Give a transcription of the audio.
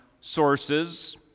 sources